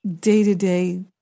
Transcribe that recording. day-to-day